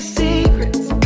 secrets